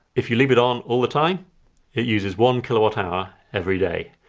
if you leave it on all the time it uses one kilowatt hour every day.